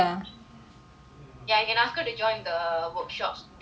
ya you can ask her to join the workshop damn fun I tell you